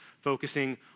focusing